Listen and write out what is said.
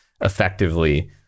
effectively